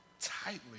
tightly